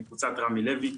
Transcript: מקבוצת רמי לוי.